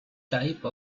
type